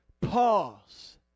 pause